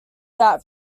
that